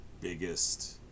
biggest